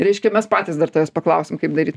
reiškia mes patys dar tavęs paklausim kaip daryt